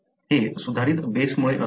हे सुधारित बेसमुळे असू शकते